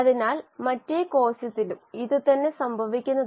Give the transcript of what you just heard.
അതിനാൽ ഇതെല്ലാം കോശങ്ങളുടെ പരിപാലനത്തിലേക്ക് പോകുന്നു